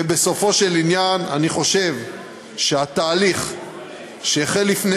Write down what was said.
ובסופו של עניין אני חושב שהתהליך שהחל לפני